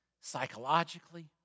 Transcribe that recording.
psychologically